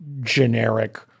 generic